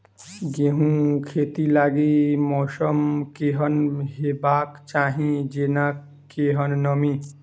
गेंहूँ खेती लागि मौसम केहन हेबाक चाहि जेना केहन नमी?